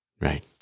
right